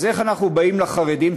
אז איך אנחנו באים לחרדים?